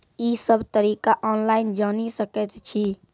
ई सब तरीका ऑनलाइन जानि सकैत छी?